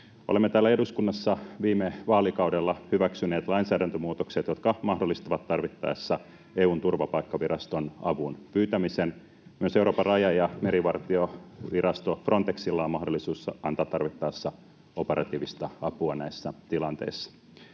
Olemme täällä eduskunnassa viime vaalikaudella hyväksyneet lainsäädäntömuutokset, jotka mahdollistavat tarvittaessa EU:n turvapaikkaviraston avun pyytämisen. Myös Euroopan raja‑ ja merivartiovirasto Frontexilla on mahdollisuus antaa tarvittaessa operatiivista apua näissä tilanteissa.